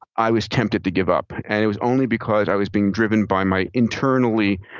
i was tempted to give up, and it was only because i was being driven by my internally,